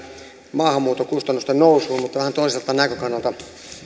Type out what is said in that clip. maahanmuuttokustannusten nousuun mutta vähän toiselta näkökannalta